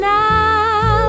now